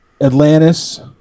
Atlantis